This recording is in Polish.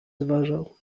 zważał